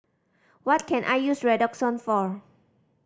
what can I use Redoxon for